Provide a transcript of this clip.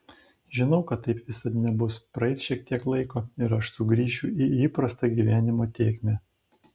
žinau kad taip visad nebus praeis šiek tiek laiko ir aš sugrįšiu į įprastą gyvenimo tėkmę